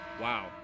Wow